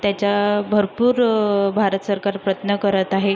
त्याच्या भरपूर भारत सरकार प्रयत्न करत आहे